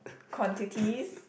quantities